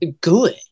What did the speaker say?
good